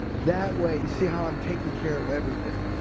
that way, you see how i'm taking care of everything.